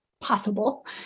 possible